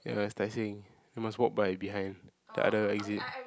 ya that's Tai-Seng you must walk by behind the other exit